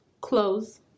close